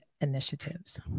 initiatives